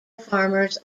farmers